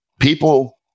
people